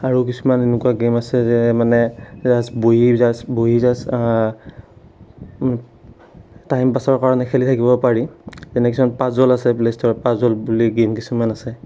আৰু কিছুমান এনেকুৱা গেম আছে যে মানে জাষ্ট বহি জাষ্ট বহি জাষ্ট টাইম পাছৰ কাৰণে খেলি থাকিব পাৰি যেনে কিছুমান পাজ'ল আছে প্লে'ষ্টৰত পাজ'ল বুলি গেম কিছুমান আছে